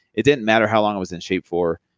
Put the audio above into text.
it didn't matter how long i was in shape for.